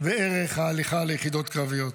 וערך ההליכה ליחידות קרביות.